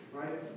right